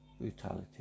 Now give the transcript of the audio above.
brutality